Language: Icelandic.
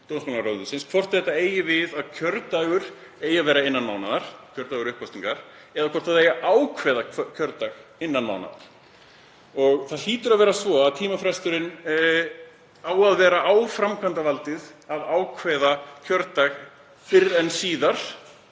hvort þetta þýði að kjördagur eigi að vera innan mánaðar, kjördagur uppkosningar, eða hvort ákveða eigi kjördag innan mánaðar. Það hlýtur að vera svo að tímafresturinn eigi að vera fyrir framkvæmdarvaldið að ákveða kjördag fyrr en síðar,